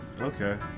okay